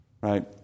Right